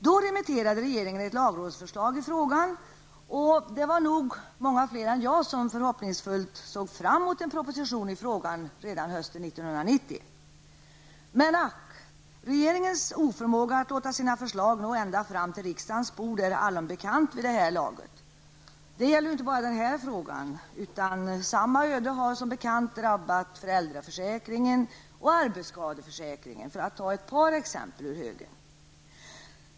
Då remitterade regeringen ett lagrådsförslag, och det var nog många fler än jag som förhoppningsfullt såg fram emot en proposition redan hösten 1990. Men ack, regeringens oförmåga att låta sina förslag nå ända fram till riksdagens bord är allom bekant vid det här laget -- det gäller inte bara denna fråga, utan samma öde har som bekant drabbat föräldraförsäkringen och arbetsskadeförsäkringen.